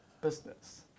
business